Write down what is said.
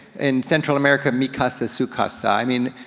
in central america, mi casa su casa. i mean,